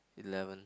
eleven